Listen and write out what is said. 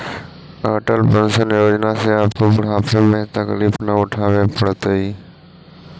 Atal pension Yojana से आपको बुढ़ापे में तकलीफ न उठावे पड़तई